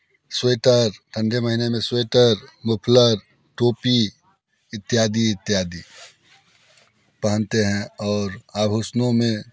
sweater ठंडे महीने में स्वेटर मफलर टोपी इत्यादि इत्यादि पहनते हैं और आभुषणों में